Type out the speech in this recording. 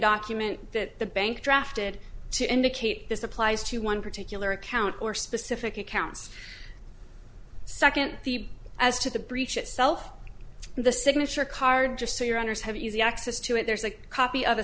document that the bank drafted to indicate this applies to one particular account or specific accounts second the as to the breach itself the signature card just so your honour's have easy access to it there's a copy of a